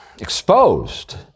exposed